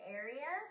area